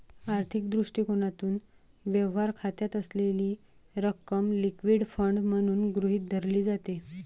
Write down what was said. आर्थिक दृष्टिकोनातून, व्यवहार खात्यात असलेली रक्कम लिक्विड फंड म्हणून गृहीत धरली जाते